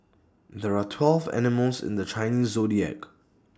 there are twelve animals in the Chinese Zodiac